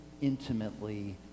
intimately